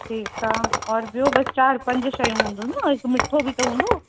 ठीकु आहे औरि ॿियो बसि चारि पंज शयूं हूंदियूं न हिकु मिठो बि त हूंदो